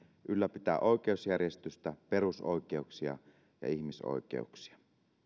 ylläpitää oikeusjärjestystä perusoikeuksia ja ihmisoikeuksia